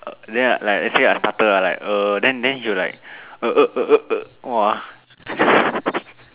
uh then like I say I stutter ah like uh then then he'll like uh uh uh uh uh !wah!